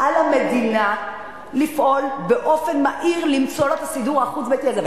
על המדינה לפעול באופן מהיר למצוא לו את הסידור החוץ-ביתי הזה.